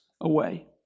away